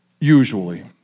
usually